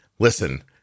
listen